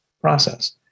process